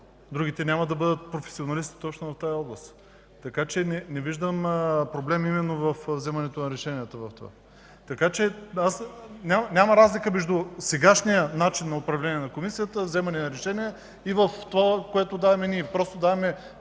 Другите няма да бъдат професионалисти точно в тази област. Така че не виждам проблем при вземането на решенията. Няма разлика между сегашния начин на управление на Комисията, при вземането на решение, и това, което даваме ние. Просто даваме